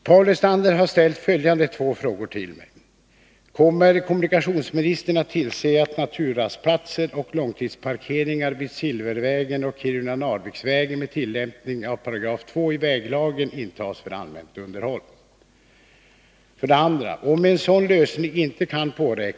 Långtidsparkeringar och naturrastplatser vid de två mellanriksvägarna, Silvervägen i Arjeplogs kommun och vägen Kiruna-Narvik, har i viss omfattning färdigställts. Tolv har anlagts efter Kirunavägen och nio i Arjeplog.